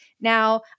Now